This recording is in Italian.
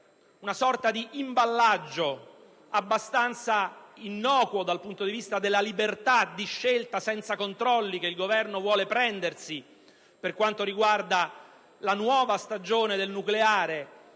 una sorta di imballaggio abbastanza innocuo dal punto di vista della libertà di scelta senza controlli che il Governo vuole prendersi in relazione alla nuova stagione del nucleare